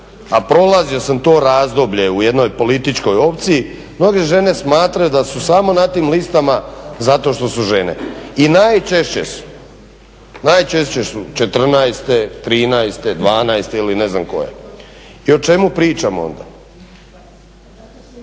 a prolazio sam to razdoblje u jednoj političkoj opciji, mnoge žene smatraju da su samo na tim listama zato što su žene i najčešće su 14., 13., 12. ili ne znam koje. I o čemu pričamo onda?